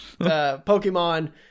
Pokemon